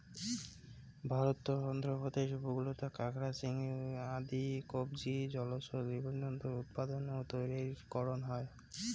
ভারতর অন্ধ্রপ্রদেশ উপকূলত কাকড়া, চিংড়ি আদি কবচী জলজ জীবজন্তুর উৎপাদন ও তৈয়ারী করন হই